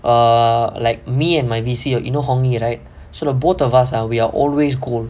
err like me and my V_C_R you know many you right so the both of us we are always gold